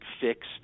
fixed